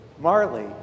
Marley